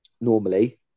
normally